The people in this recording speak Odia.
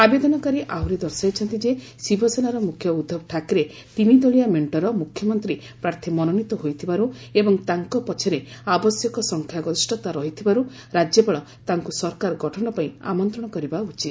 ଆବେଦନକାରୀ ଆହୁରି ଦର୍ଶାଇଛନ୍ତି ଯେ ଶିବସେନାର ମୁଖ୍ୟ ଉଦ୍ଧବ ଠାକରେ ତିନିଦଳିଆ ମେଷ୍ଟର ମୁଖ୍ୟମନ୍ତ୍ରୀ ପ୍ରାର୍ଥୀ ମନୋନୀତ ହୋଇଥିବାରୁ ଏବଂ ତାଙ୍କ ପଛରେ ଆବଶ୍ୟକ ସଂଖ୍ୟାଗରିଷ୍ଠତା ରହିଥିବାରୁ ରାଜ୍ୟପାଳ ତାଙ୍କୁ ସରକାର ଗଠନ ପାଇଁ ଆମନ୍ତ୍ରଣ କରିବା ଉଚିତ